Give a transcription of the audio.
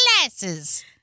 glasses